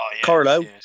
Carlo